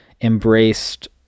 embraced